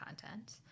content